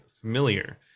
familiar